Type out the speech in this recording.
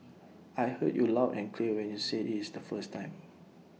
I heard you loud and clear when you said it's the first time